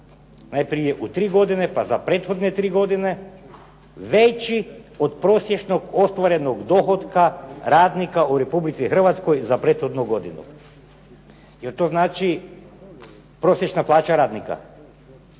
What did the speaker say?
Najprije u tri godine pa u prethodne tri godine "veći od prosječnog dohotka radnika u Republici Hrvatskoj za prethodnu godinu". Jel to znači prosječna plaća radnika?